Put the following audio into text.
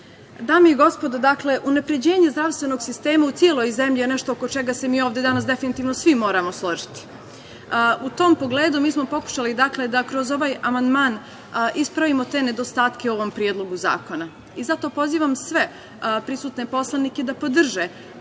i gospodo, dakle, unapređenje zdravstvenog sistema u celoj zemlji je nešto oko čega se mi ovde danas definitivno svi moramo složiti. U tom pogledu mi smo pokušali, dakle, da kroz ovaj amandman ispravimo te nedostatke u ovom predlogu zakona i zato pozivam sve prisutne poslanike da podrže